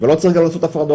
ולא צריך גם לעשות הפרדות,